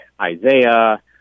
Isaiah